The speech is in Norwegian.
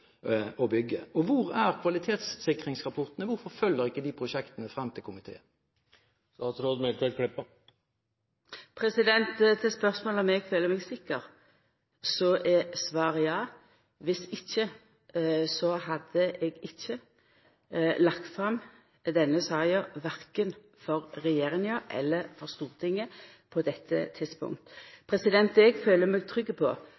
å bygge? Og hvor er kvalitetssikringsrapportene? Hvorfor følger ikke de prosjektene frem til komiteen? Til spørsmålet om eg føler meg sikker, er svaret ja. Viss ikkje, hadde eg ikkje lagt fram denne saka verken for regjeringa eller for Stortinget på dette tidspunktet. Eg føler meg trygg på